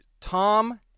Tom